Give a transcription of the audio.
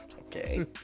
Okay